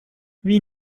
wie